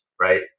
right